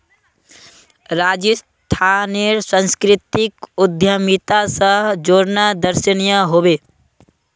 राजस्थानेर संस्कृतिक उद्यमिता स जोड़ना दर्शनीय ह बे